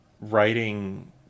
writing